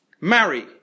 marry